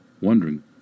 wondering